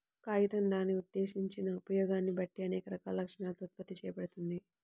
కాగితం దాని ఉద్దేశించిన ఉపయోగాన్ని బట్టి అనేక రకాల లక్షణాలతో ఉత్పత్తి చేయబడుతుంది